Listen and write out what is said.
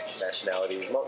nationalities